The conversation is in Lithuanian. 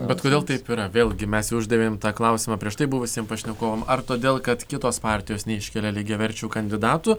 bet kodėl taip yra vėlgi mes uždavėme tą klausimą prieš tai buvusiem pašnekovam ar todėl kad kitos partijos neiškelia lygiaverčių kandidatų